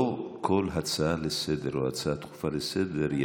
לא כל הצעה לסדר-היום או הצעה דחופה לסדר-היום